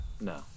No